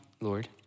Lord